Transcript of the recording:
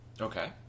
Okay